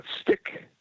stick